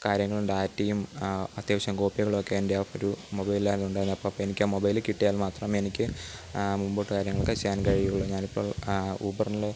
കാര്യങ്ങളും ഡാറ്റയും അത്യാവശ്യം കോപ്പികളുമൊക്കെ എൻ്റെയാ ഒരു മൊബൈലിലായിരുന്നു ഉണ്ടായിരുന്നത് അപ്പപ്പ എനിക്കാ മൊബൈല് കിട്ടിയാൽ മാത്രമേ എനിക്ക് മുമ്പോട്ട് കാര്യങ്ങളൊക്കെ ചെയ്യാനും കഴിയുള്ളു ഞാനിപ്പോള് ഊബർനുളെ